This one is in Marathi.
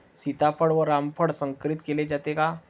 सीताफळ व रामफळ संकरित केले जाते का?